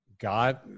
God